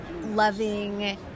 loving